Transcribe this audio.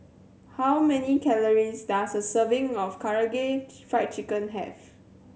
how many calories does a serving of Karaage Fried Chicken have